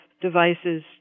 devices